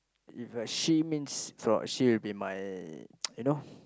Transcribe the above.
if a she means fr~ she will be my you know